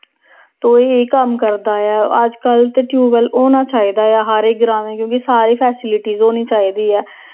तो एह् कम्म करदा ऐ अजकल्ल ते टयूबवैल होना चाहिदा ऐ हर इक ग्रांऽ में क्यूंकि सारी फैसिलिटी होनी चाहिदी ऐ